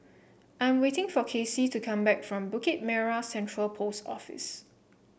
I am waiting for Casie to come back from Bukit Merah Central Post Office